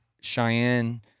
cheyenne